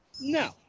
No